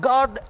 God